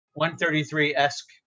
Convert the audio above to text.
133-esque